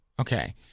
Okay